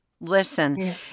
Listen